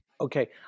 Okay